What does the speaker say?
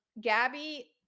gabby